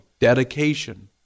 dedication